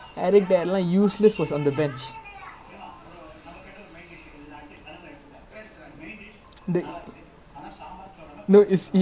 no lah his passion also damn O_P lah like when you see him on the pitch he legit shout like you know the I watch sometimes I watch அந்த:antha YouTube leh போடுவாங்கள்ள:poduvaangalla moreno cam something